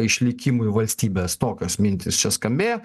išlikimui valstybės tokios mintys čia skambėjo